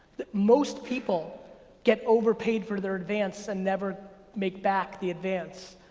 most people get overpaid for their advance and never make back the advance.